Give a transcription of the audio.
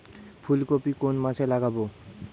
ফুলকপি কোন মাসে লাগাবো?